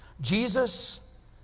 Jesus